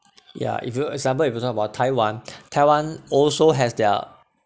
ya if you example if you talk about taiwan taiwan also has their